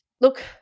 look